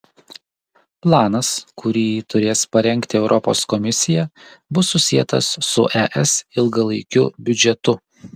planas kurį turės parengti europos komisija bus susietas su es ilgalaikiu biudžetu